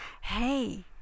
hey